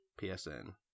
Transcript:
psn